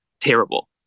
terrible